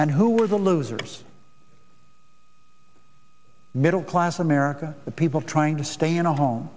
and who are the losers middle class america the people trying to stay in a home